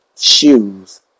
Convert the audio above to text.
shoes